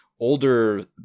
older